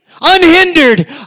unhindered